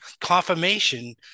confirmation